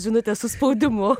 žinutė su spaudimu